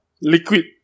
liquid